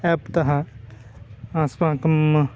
प्राप्तः अस्माकं